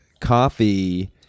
coffee